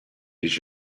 each